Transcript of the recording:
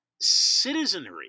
citizenry